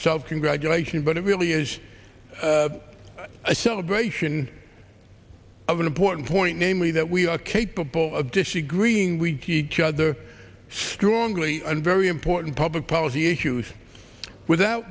self congratulation but it really is a celebration of an important point namely that we are capable of dishy green week each other strongly and very important public policy issues without